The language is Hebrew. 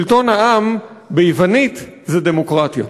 שלטון העם, ביוונית זה "דמוקרטיה".